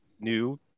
new